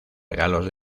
regalos